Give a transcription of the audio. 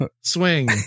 swing